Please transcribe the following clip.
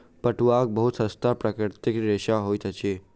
पटुआ बहुत सस्ता प्राकृतिक रेशा होइत अछि